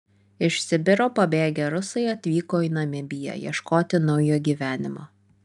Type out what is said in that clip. iš sibiro pabėgę rusai atvyko į namibiją ieškoti naujo gyvenimo